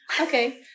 Okay